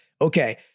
okay